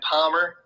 Palmer